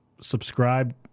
subscribe